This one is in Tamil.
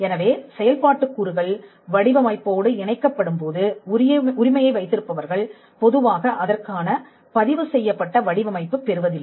எனவே செயல்பாட்டு கூறுகள் வடிவமைப்புப்போடு இணைக்கப்படும் போது உரிமையை வைத்திருப்பவர்கள் பொதுவாக அதற்கான பதிவு செய்யப்பட்ட வடிவமைப்பு பெறுவதில்லை